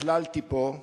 הכללתי פה,